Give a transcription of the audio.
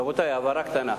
רבותי, הבהרה קטנה.